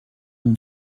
ont